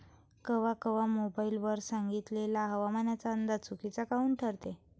कवा कवा मोबाईल वर सांगितलेला हवामानाचा अंदाज चुकीचा काऊन ठरते?